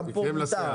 מה ע וד?